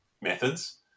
methods